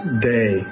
day